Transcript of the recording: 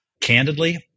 Candidly